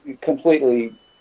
completely